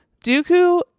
Dooku